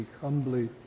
humbly